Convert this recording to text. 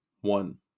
One